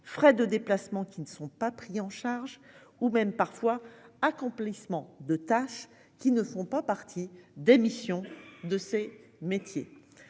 Frais de déplacement qui ne sont pas pris en charge ou même parfois accomplissement de tâches qui ne font pas partie d'émission de ces métiers.